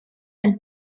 and